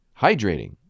hydrating